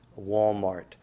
Walmart